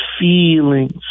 feelings